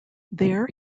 there